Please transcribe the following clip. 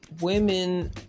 women